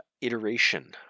iteration